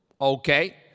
okay